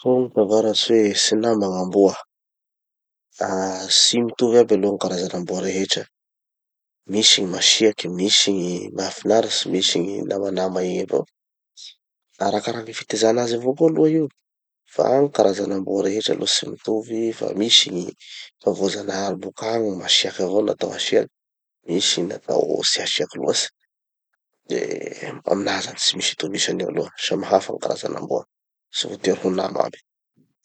Hoy gny tavaratsy hoe 'Tsy nama gny amboa'. Aah, tsy mitovy aby aloha gny karazan'amboa rehetra. Misy gny masiaky, misy gny mahafinaritsy, misy gny namanama egny avao. Arakaraky gny fitezanan'azy avao koa aloha io. Deee, aminaha zany tsy misy itovisany io aloha. Samy hafa gny karazan'amboa. Tsy voatery ho nama aby. Fa gny karazan'amboa rehetra aloha tsy mitovy, fa misy gny voajanahary boakagny, masiaky avao natao hasiaky, misy gny natao tsy hasiaky loatsy.